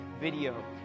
video